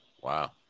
Wow